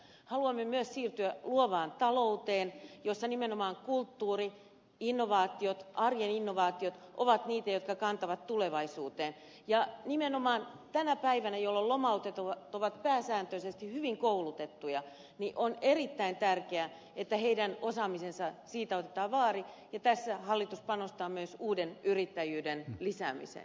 haluamme myös siirtyä luovaan talouteen jossa nimenomaan kulttuuri innovaatiot arjen innovaatiot ovat niitä jotka kantavat tulevaisuuteen ja nimenomaan tänä päivänä jolloin lomautetut ovat pääsääntöisesti hyvin koulutettuja on erittäin tärkeää että heidän osaamisestaan otetaan vaari ja tässä hallitus panostaa myös uuden yrittäjyyden lisäämiseen